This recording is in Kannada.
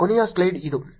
ಕೊನೆಯ ಸ್ಲೈಡ್ ಇದು